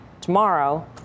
tomorrow